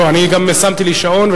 לא, אני גם שמתי לי שעון.